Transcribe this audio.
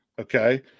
Okay